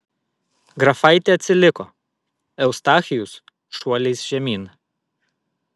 grafaitė atsiliko eustachijus šuoliais žemyn